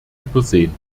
übersehen